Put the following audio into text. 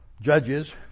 judges